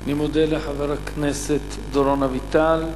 אני מודה לחבר הכנסת דורון אביטל.